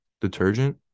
detergent